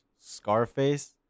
Scarface